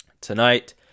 tonight